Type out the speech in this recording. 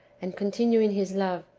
and continue in his love,